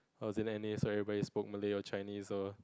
I was in N_A so everybody spoke Malay or Chinese or